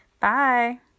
Bye